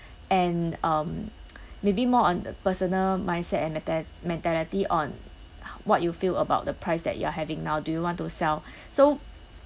and um maybe more on the personal mindset and menta~ mentality on what you feel about the price that you are having now do you want to sell so